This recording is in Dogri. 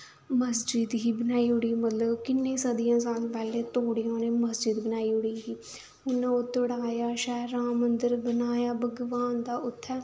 मस्जिद ही बनाई ओड़ी मतलब किन्नी सदियां साल पैह्लें तोड़ी उ'नें मस्जिद बनाई ओड़ी ही हून ओह् तड़ाया शैल राम मन्दर बनाया भगवान दा उत्थैं